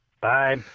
Bye